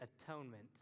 atonement